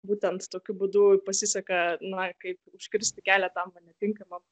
būtent tokiu būdu pasiseka na kaip užkirsti kelią tam va netinkamam